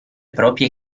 proprie